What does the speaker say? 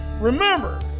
Remember